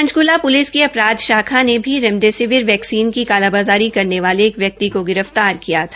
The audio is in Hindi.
पंचकुला पुलिस की अपराध शाखा ने रेमडेसिविर वैक्सीन की कालाबाज़ारी करने वाले एक का गिरफ्तार किया था